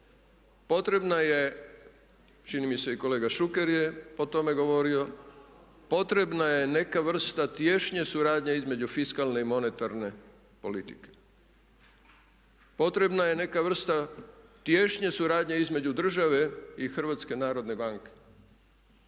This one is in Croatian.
potrebna je, čini mi se i kolega Šuker je o tome govorio, potrebna je neka vrsta tješnje suradnje između fiskalne i monetarne politike. Potrebna je neka vrsta tješnje suradnje između države i HNB-a. U pravu je